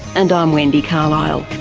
and i'm wendy carlisle